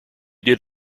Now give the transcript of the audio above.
did